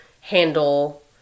handle